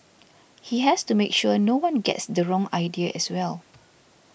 he has to make sure no one gets the wrong idea as well